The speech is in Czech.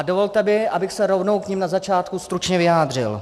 Dovolte mi, abych se rovnou k nim na začátku stručně vyjádřil.